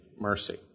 mercy